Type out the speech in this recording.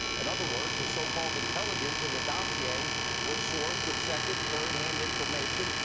in other words, a so-called intelligence and the dossier was sourced with second, third hand information.